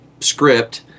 script